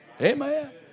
Amen